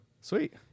Sweet